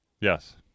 Yes